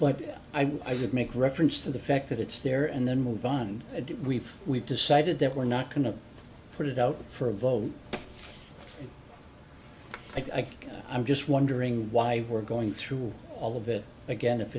but i would make reference to the fact that it's there and then move on it we've we've decided that we're not going to put it out for a vote i think i'm just wondering why we're going through all of it again if